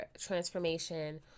transformation